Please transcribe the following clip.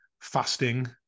fasting